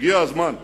הגיע הזמן.